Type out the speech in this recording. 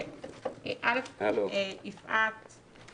פשוט רציתי עמדות, כדי לדעת לאיפה לכוון את זה.